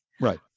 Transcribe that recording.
Right